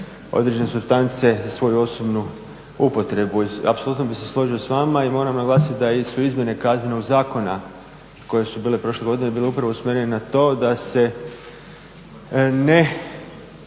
određene supstance za svoju osobnu upotrebu. Apsolutno bih se složio s vama i moram naglasiti da su izmjene Kaznenog zakona koje su bile prošle godine bile upravo usmjerene na to da se ne